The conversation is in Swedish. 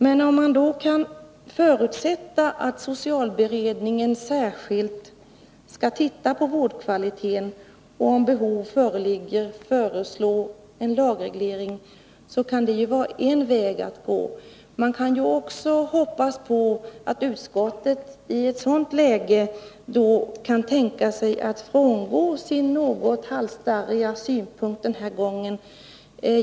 Men om man kan förutsätta att socialberedningen särskilt skall titta på vårdkvaliteten och om behov föreligger föreslå en lagreglering, kan det vara en väg att gå. Man kan också hoppas att utskottet i ett sådant läge kan tänka sig att frångå sin något halsstarriga uppfattning den här gången.